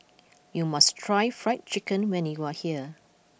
you must try Fried Chicken when you are here